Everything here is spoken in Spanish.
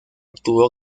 tuvo